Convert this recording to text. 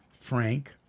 Frank